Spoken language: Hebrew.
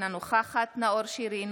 אינה נוכחת נאור שירי,